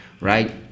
right